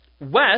west